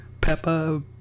Peppa